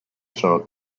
sono